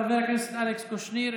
חבר הכנסת אלכס קושניר,